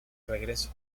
regreso